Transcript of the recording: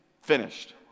finished